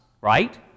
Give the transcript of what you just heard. right